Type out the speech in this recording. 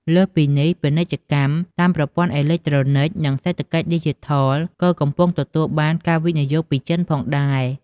លើសពីនេះ ពាណិជ្ជកម្មតាមប្រព័ន្ធអេឡិចត្រូនិចនិងសេដ្ឋកិច្ចឌីជីថលក៏កំពុងទទួលបានការវិនិយោគពីចិនផងដែរ។